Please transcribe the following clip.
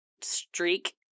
streak